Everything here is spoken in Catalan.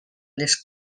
les